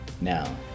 now